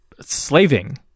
Slaving